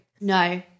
no